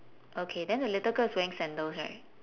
okay then the little girl is wearing sandals right